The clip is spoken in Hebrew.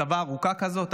כתבה ארוכה כזאת,